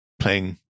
playing